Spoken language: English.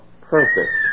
perfect